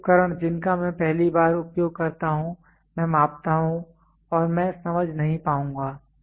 कुछ उपकरण जिनका मैं पहली बार उपयोग करता हूं मैं मापता हूं और मैं समझ नहीं पाऊंगा